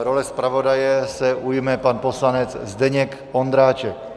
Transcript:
Role zpravodaje se ujme pan poslanec Zdeněk Ondráček.